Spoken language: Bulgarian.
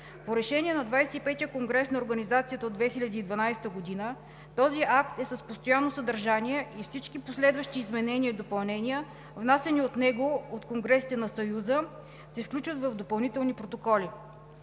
По решение на ХХV конгрес на организацията от 2012 г. този акт е с постоянно съдържание и всички последващи изменения и допълнения, внасяни в него от конгресите на Съюза, се включват в допълнителни протоколи.